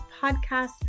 podcast